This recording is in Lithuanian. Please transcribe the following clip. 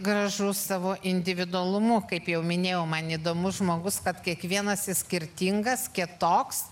gražus savo individualumu kaip jau minėjau man įdomus žmogus kad kiekvienas skirtingas kitoks